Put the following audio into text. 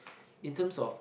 in terms of